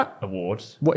awards